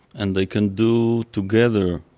and they can do together,